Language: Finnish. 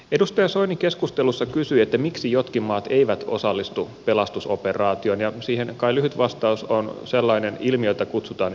edustaja soini keskustelussa kysyi miksi jotkin maat eivät osallistu pelastusoperaatioon ja siihen kai lyhyt vastaus on sellainen ilmiö jota kutsutaan yhteismaiden ongelmaksi